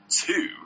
two